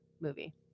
movie